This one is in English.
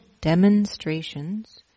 demonstrations